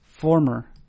former